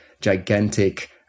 gigantic